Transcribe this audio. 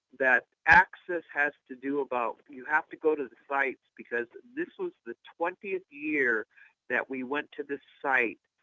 that access has to do about. you have to go to the fight, because this was the twentieth year that we went to this site,